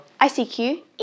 ICQ